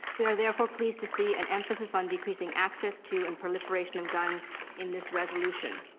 we are therefore, pleased to see an emphasize on decreasing access to and proliferation of guns in this resolution.